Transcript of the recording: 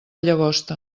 llagosta